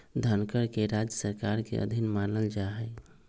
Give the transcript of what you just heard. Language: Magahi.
धनकर के राज्य सरकार के अधीन मानल जा हई